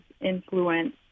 influence